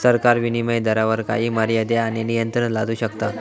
सरकार विनीमय दरावर काही मर्यादे आणि नियंत्रणा लादू शकता